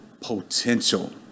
potential